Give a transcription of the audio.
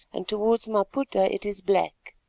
and towards maputa it is black,